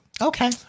Okay